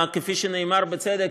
כפי שנאמר בצדק,